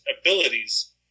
abilities